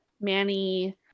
Manny